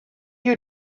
you